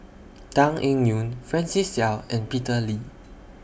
Tan Eng Yoon Francis Seow and Peter Lee